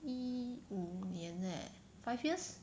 一五年 eh five years